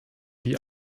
die